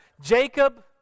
Jacob